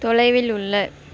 தொலைவில் உள்ள